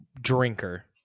drinker